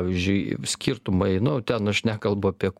pavyzdžiui skirtumai nu ten aš nekalbu apie